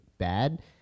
bad